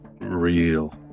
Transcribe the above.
real